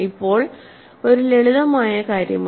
ഇപ്പോൾ ഒരു ലളിതമായ കാര്യമാണ്